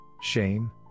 shame